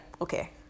okay